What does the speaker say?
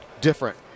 different